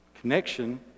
connection